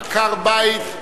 עקר-בית),